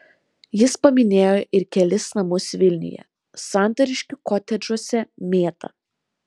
jis paminėjo ir kelis namus vilniuje santariškių kotedžuose mėta